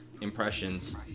impressions